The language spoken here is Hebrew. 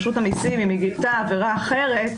אם רשות המסים גילתה עבירה אחרת,